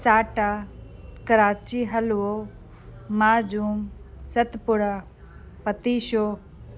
साटा करांची हलुवो माजून सतपुड़ा पतीशो